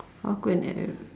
how could an